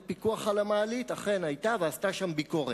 פיקוח על המעלית אכן היתה ועשתה שם ביקורת.